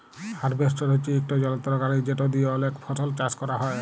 harvester হছে ইকট যলত্র গাড়ি যেট দিঁয়ে অলেক ফসল চাষ ক্যরা যায়